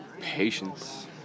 Patience